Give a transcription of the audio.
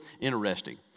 interesting